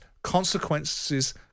consequences